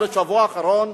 בשבוע האחרון,